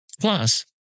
plus